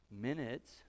minutes